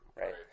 right